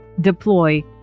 deploy